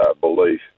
belief